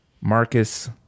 Marcus